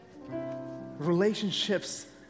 relationships